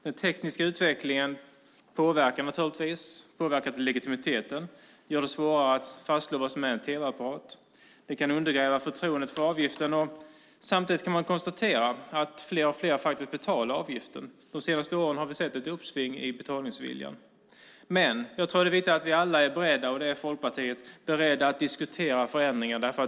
Den tekniska utvecklingen påverkar legitimiteten och gör det svårare att fastslå vad som är en tv-apparat. Det kan undergräva förtroendet för avgiften. Samtidigt kan man konstatera att fler och fler faktiskt betalar avgiften. De senaste åren har vi sett ett uppsving i betalningsviljan. Men jag tror att det är viktigt att vi alla är beredda - och det är vi i Folkpartiet - att diskutera förändringar.